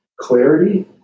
clarity